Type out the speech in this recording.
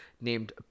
named